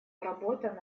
работа